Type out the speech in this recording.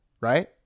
right